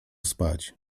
spać